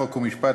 חוק ומשפט,